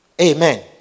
Amen